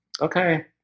okay